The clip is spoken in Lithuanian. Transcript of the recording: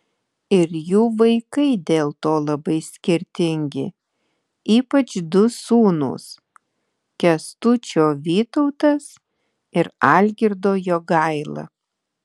ir jų vaikai dėl to labai skirtingi ypač du sūnūs kęstučio vytautas ir algirdo jogaila